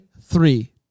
Three